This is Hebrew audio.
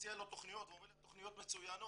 מציע לו תכניות הוא אומר לי "התכניות מצוינות